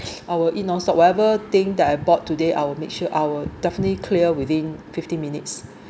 I’ll eat non-stop whatever thing that I bought today I’ll make sure I’ll definitely clear within fifteen minutes